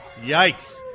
Yikes